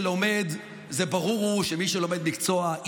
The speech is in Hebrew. זה ברור שמי שלומד מקצוע,